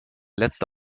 letzte